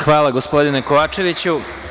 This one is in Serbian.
Hvala, gospodine Kovačeviću.